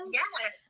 yes